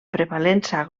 prevalença